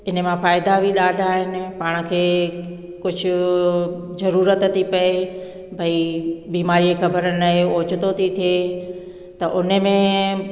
इने मां फ़ाइदा बि ॾाढा आहिनि पाण खे कुझु ज़रूरत थी पए भई बीमारीअ ख़बर न आहे ओचितो थी थिए त उन में